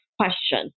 question